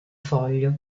foglio